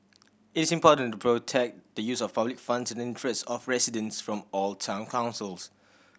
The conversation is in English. is important to protect the use of public funds in the interest of residents from all town councils